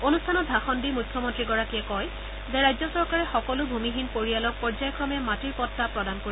অনুষ্ঠানত ভাষণ দি মুখ্যমন্ত্ৰীগৰাকীয়ে কয় যে ৰাজ্য চৰকাৰে সকলো ভূমিহীন পৰিয়ালক পৰ্যায়ক্ৰমে মাটিৰ পট্টা প্ৰদান কৰিব